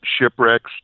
shipwrecks